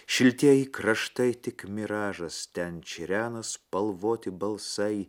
šiltieji kraštai tik miražas ten čirena spalvoti balsai